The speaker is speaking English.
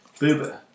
Booba